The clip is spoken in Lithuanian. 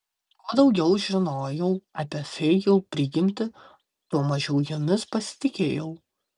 kuo daugiau žinojau apie fėjų prigimtį tuo mažiau jomis pasitikėjau